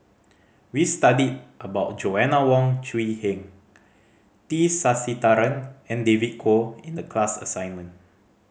we studied about Joanna Wong Quee Heng T Sasitharan and David Kwo in the class assignment